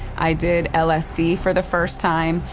i did lsd for the first time.